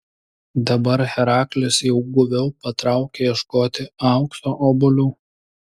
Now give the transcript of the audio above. dabar heraklis jau guviau patraukė ieškoti aukso obuolių